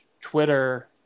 Twitter